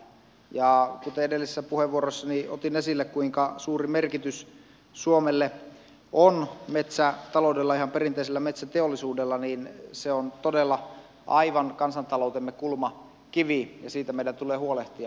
kuten edellisessä puheenvuorossani otin esille sen kuinka suuri merkitys suomelle on metsätaloudella ihan perinteisellä metsäteollisuudella niin se on todella aivan kansantaloutemme kulmakivi ja siitä meidän tulee huolehtia